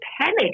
panic